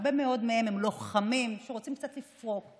הרבה מאוד מהם הם לוחמים שרוצים קצת לפרוק.